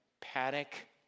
panic